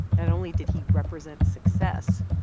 and only did he represent success,